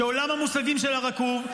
שעולם המושגים שלה רקוב,